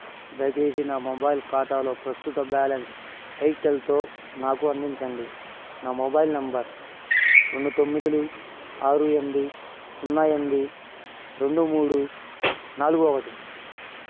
దయచేసి నా మొబైల్ ఖాతాలో ప్రస్తుత బ్యాలెన్స్ ఎయిర్టెల్తో నాకు అందించండి నా మొబైల్ నెంబర్ రెండు తొమ్మిదులు ఆరు ఎనిమిది సున్నా ఎనిమిది రెండు మూడు నాలుగు ఒకటి